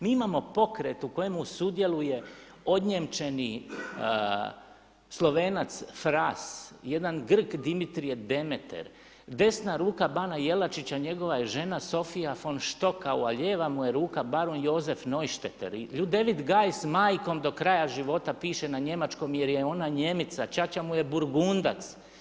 Mi imamo pokret u kojemu sudjeluje odsječeni Slovenac Fraz, jedan Grk, Dimitrije Demeter, desna ruka bana Jelačića, njegova je žena Sofija von Stockau ljeva mu je ruka barun Jozef Neusteter i Ljudevit Gaj s majkom do kraja života piše na njemačkom jer je ona Njemica, ćaća mu je Burgundac.